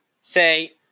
Say